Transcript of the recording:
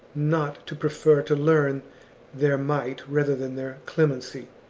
not to prefer to learn their might rather than their clemency.